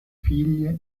figlie